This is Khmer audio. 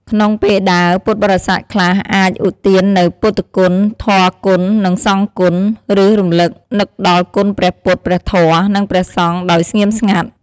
ក្នុងពេលដើរ ពុទ្ធបរិស័ទខ្លះអាចឧទាននូវពុទ្ធគុណ ធម៌គុណ និងសង្ឃគុណ ឬរំលឹកនឹកដល់គុណព្រះពុទ្ធ ព្រះធម៌ និងព្រះសង្ឃដោយស្ងៀមស្ងាត់។